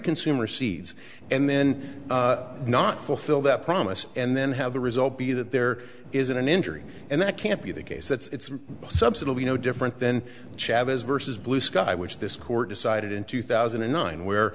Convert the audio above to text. consumer seeds and then not fulfill that promise and then have the result be that there isn't an injury and that can't be the case that it's a subset of you know different than chavez versus blue sky which this court decided in two thousand and nine where